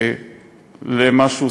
אבל עכשיו קח אותנו לאן שצריך לפנות.